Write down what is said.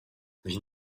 wie